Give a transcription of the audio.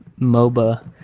MOBA